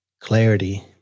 Clarity